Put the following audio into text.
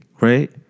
right